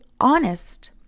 honest